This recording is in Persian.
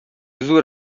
زور